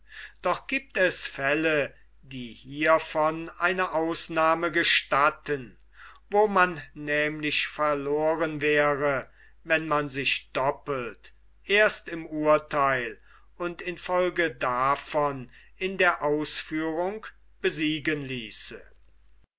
doch giebt es fälle die hievon eine ausnahme gestatten wo man nämlich verloren wäre wenn man sich doppelt erst im urtheil und in folge davon in der ausführung besiegen ließe